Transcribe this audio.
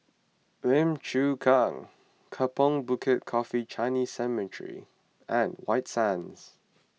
Lim Chu Kang Kampong Bukit Coffee Chinese Cemetery and White Sands